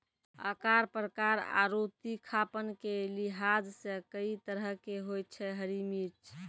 आकार, प्रकार आरो तीखापन के लिहाज सॅ कई तरह के होय छै हरी मिर्च